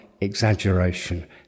exaggeration